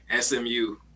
SMU